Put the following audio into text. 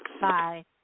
Bye